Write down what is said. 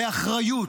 באחריות,